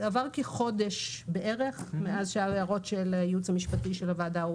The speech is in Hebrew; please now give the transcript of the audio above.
עבר כחודש מאז שהועברו הערות הייעוץ המשפטי של הוועדה.